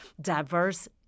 diverse